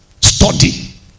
Study